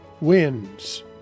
wins